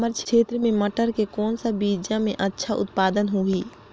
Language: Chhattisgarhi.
हमर क्षेत्र मे मटर के कौन सा बीजा मे अच्छा उत्पादन होही?